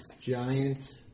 giant